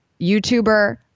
youtuber